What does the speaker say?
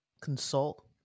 consult